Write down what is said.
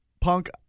Punk